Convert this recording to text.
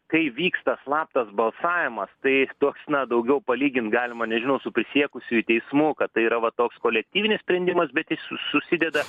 kai vyksta slaptas balsavimas tai toks na daugiau palygint galima nežinau su prisiekusiųjų teismu kad tai yra va toks kolektyvinis sprendimas bet jis susideda